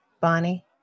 Bonnie